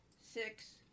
six